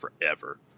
forever